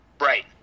Right